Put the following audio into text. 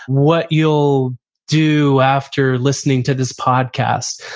what you'll do after listening to this podcast.